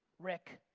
rick.